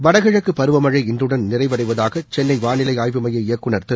வடகிழக்குப் பருவமனழ இன்றுடன் நிறைவடைவதாக சென்னை வானிலை ஆய்வு மைய இயக்குநர் திரு